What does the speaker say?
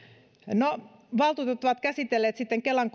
no valtuutetut ovat käsitelleet kelan